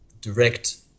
direct